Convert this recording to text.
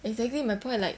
exactly my point like